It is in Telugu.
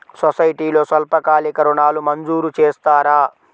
సొసైటీలో స్వల్పకాలిక ఋణాలు మంజూరు చేస్తారా?